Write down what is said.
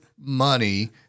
money